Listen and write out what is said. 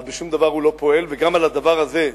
אז בשום דבר הוא לא פועל, וגם על הדבר הזה,